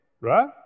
right